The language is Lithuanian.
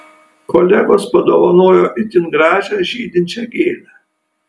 kolegos padovanojo itin gražią žydinčią gėlę